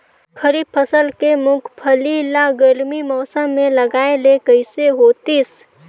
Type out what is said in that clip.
खरीफ फसल के मुंगफली ला गरमी मौसम मे लगाय ले कइसे होतिस?